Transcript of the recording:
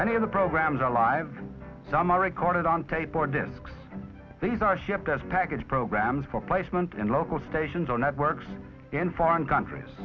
many of the programs are live and some are recorded on tape or discs these are shipped as package programs for placement in local stations or networks in foreign countries